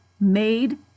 Made